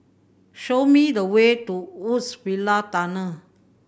show me the way to Woodsville Tunnel